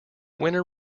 winner